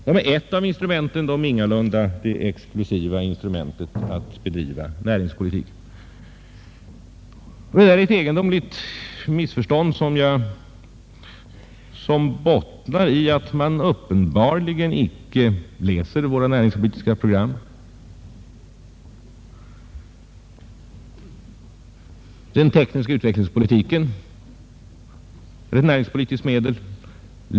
De är ett av instrumenten, ingalunda det exklusiva instrumentet att bedriva näringspolitik. Det är ett egendomligt missförstånd som uppenbarligen bottnar i att man icke läser våra näringspolitiska program eller inte vill förstå dem. Den tekniska forskningsoch utvecklingspolitiken är ett näringspolitiskt medel som har utvecklats under de senaste åren.